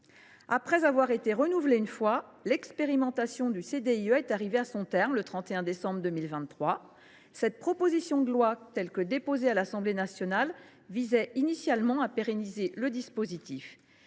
Après avoir été renouvelée une fois, l’expérimentation du CDIE est arrivée à son terme le 31 décembre 2023. La proposition de loi déposée à l’Assemblée nationale visait initialement à pérenniser le dispositif.